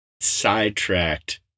sidetracked